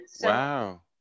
Wow